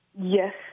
yes